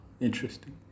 Interesting